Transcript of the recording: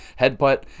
headbutt